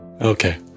Okay